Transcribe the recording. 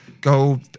Go